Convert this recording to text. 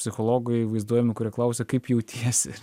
psichologai vaizduojami klausia kaip jautiesi